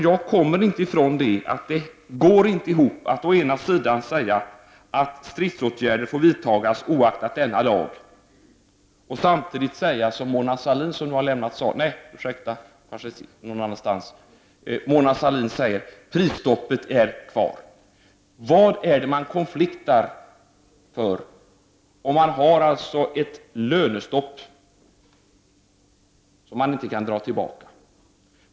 Jag kommer inte ifrån att det inte går ihop att säga, å ena sidan att stridsåtgärder får vidtas oaktat denna lag och å andra sidan att lönestoppet är kvar, som Mona Sahlin uttalat. Vad är det man konfliktar om, ifall det finns ett lönestopp, som inte kan dras tillbaka?